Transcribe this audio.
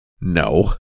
no